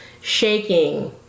shaking